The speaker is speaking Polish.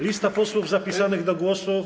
Lista posłów zapisanych do głosu.